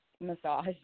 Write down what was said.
massage